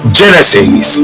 genesis